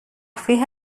فیه